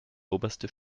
oberste